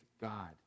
God